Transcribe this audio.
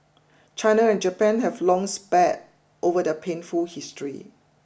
China and Japan have long spared over their painful history